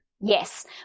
yes